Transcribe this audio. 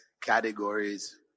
categories